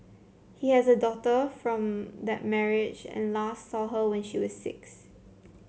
he has a daughter from that marriage and last saw her when she was six